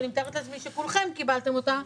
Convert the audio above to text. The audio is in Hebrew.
שאני מתארת לעצמי שכולכם קיבלתם אותו,